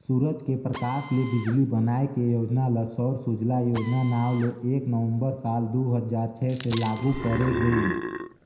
सूरज के परकास ले बिजली बनाए के योजना ल सौर सूजला योजना नांव ले एक नवंबर साल दू हजार छै से लागू करे गईस